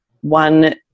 one